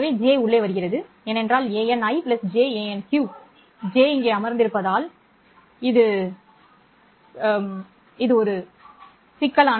எனவே j உள்ளே வருகிறது ஏனென்றால் anI janQ j இங்கே அமர்ந்திருப்பதால் அல்ல